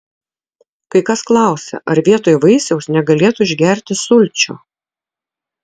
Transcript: kai kas klausia ar vietoj vaisiaus negalėtų išgerti sulčių